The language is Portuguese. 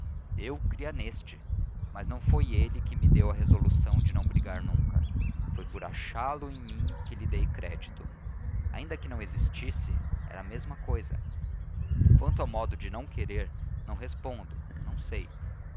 eu cria neste mas não foi ele que me deu a resolução de não brigar nunca foi por achá-lo em mim que lhe dei crédito ainda que não existisse era a mesma cousa quanto ao modo de não querer não respondo não sei